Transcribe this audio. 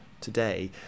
today